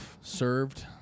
served